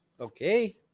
Okay